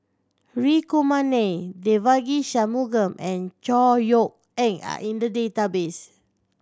Hri Kumar Nair Devagi Sanmugam and Chor Yeok Eng are in the database